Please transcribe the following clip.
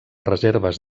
reserves